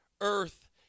earth